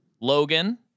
Logan